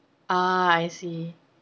ah I see